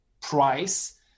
price